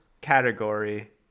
category